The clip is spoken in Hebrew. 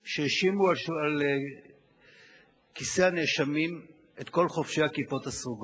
שהושיבו על כיסא הנאשמים את כל חובשי הכיפות הסרוגות,